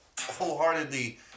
wholeheartedly